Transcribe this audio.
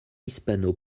hispano